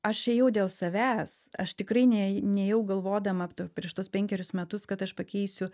aš ėjau dėl savęs aš tikrai ne nėjau galvodama to prieš tuos penkerius metus kad aš pakeisiu